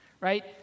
right